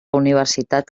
universitat